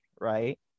right